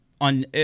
on